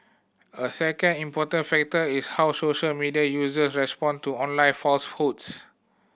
a second important factor is how social media user respond to online falsehoods